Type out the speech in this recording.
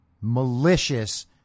malicious